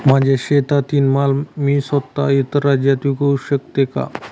माझ्या शेतातील माल मी स्वत: इतर राज्यात विकू शकते का?